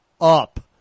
Up